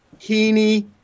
Heaney